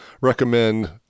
recommend